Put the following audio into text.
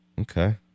Okay